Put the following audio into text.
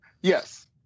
Yes